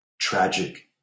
Tragic